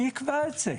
מי יקבע את זה?